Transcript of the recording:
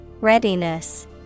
Readiness